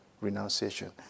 renunciation